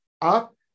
up